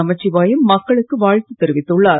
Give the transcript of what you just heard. நமச்சிவாயம் மக்களுக்கு வாழ்த்து தெரிவித்துள்ளார்